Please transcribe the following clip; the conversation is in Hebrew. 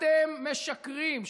אתם משקרים.